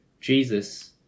Jesus